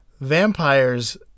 vampires